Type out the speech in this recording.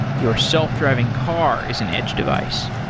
your self-driving car is an edge device.